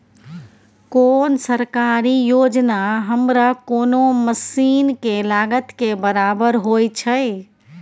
कोन सरकारी योजना हमरा कोनो मसीन के लागत के बराबर होय छै?